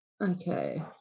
Okay